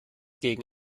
gegen